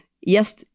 yes